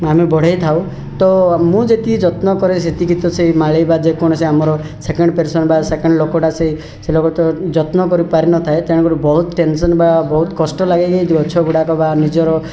ମାନେ ବଢ଼େଇ ଥାଉ ତ ମୁଁ ଯେତିକି ଯତ୍ନ କରେ ସେତିକି ତ ସେଇ ମାଳୀ ବା ଯେକୌଣସି ଆମର ସେକେଣ୍ଡ ପର୍ସନ୍ ବା ସେକେଣ୍ଡ ଲୋକଟା ସେ ସେ ଲୋକତ ଯତ୍ନକରି ପାରି ନଥାଏ ତେଣୁକରି ବହୁତ ଟେନସନ୍ ବା ବହୁତ କଷ୍ଟଲାଗେ କି ଗଛ ଗୁଡ଼ାକ ବା ନିଜର